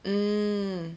mm